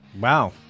Wow